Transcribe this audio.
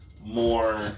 more